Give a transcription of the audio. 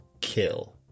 kill